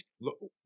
look